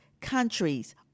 countries